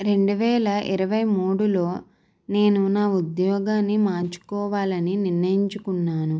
రెండువేల ఇరవై మూడులో నేను నా ఉద్యోగాన్ని మార్చుకోవాలని నిర్ణయించుకున్నాను